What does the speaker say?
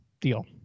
deal